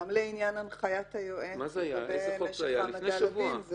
גם לעניין הנחיית היועץ לגבי משך העמדה לדין,